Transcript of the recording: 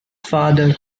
father